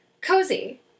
cozy